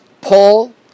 Paul